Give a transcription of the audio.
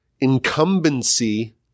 Incumbency